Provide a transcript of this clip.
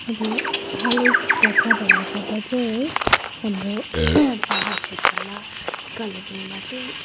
अब हालैको घटना भन्नु पर्दा चाहिँ है हाम्रो पाहाड क्षेत्रमा कालिम्पोङमा चाहिँ